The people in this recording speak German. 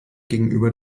gegenüber